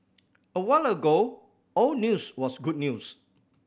a while ago all news was good news